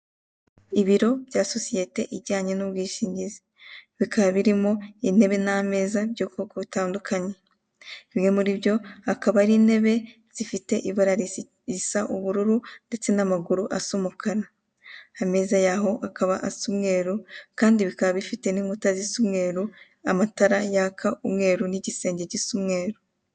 Ibiro bya sosiyete ijyanye n'ubwishingizi. Bikaba birimo intebe n'ameza by'ubwoko butandukanye. Bimwe muri byo akaba ari intebe zifite ibara risa ubururu ndetse n'amaguru asa umukara, ameza yaho akaba asa umweru kandi bikaba bifite n'inkuta zisa umweru, amatara yaka umweru n'igisenge gisa umweru.